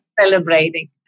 celebrating